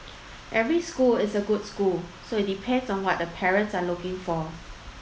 every school is a good school so it depends on what the parents are looking for